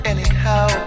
Anyhow